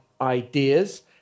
ideas